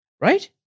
Right